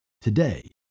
today